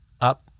up